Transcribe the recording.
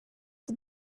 the